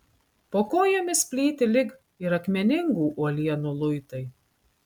po kojomis plyti lyg ir akmeningų uolienų luitai